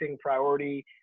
priority